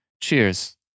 cheers